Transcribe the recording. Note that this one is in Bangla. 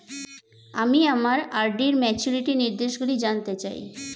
আমি আমার আর.ডি র ম্যাচুরিটি নির্দেশগুলি জানতে চাই